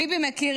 ביבי מכיר